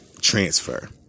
transfer